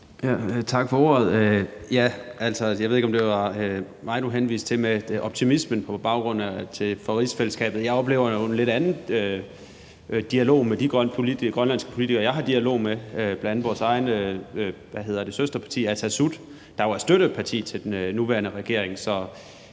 Tak for ordet. Jeg ved ikke, om det var mig, ordføreren henviste til med optimismen i forhold til rigsfællesskabet. Jeg oplever jo en lidt anden dialog med de grønlandske politikere, jeg har dialog med, bl.a. vores eget søsterparti Atassut, der jo er støtteparti til den nuværende regering.